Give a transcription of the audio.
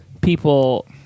people